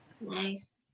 Nice